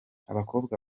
abakobwa